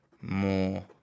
more